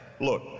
Look